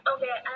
Okay